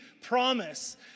promise